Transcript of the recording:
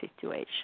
situation